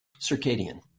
Circadian